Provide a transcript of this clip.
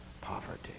poverty